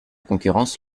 concurrence